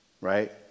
right